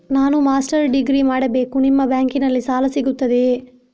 ನಾನು master degree ಮಾಡಬೇಕು, ನಿಮ್ಮ ಬ್ಯಾಂಕಲ್ಲಿ ಸಾಲ ಸಿಗುತ್ತದೆಯೇ?